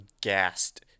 gassed